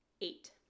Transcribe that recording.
eight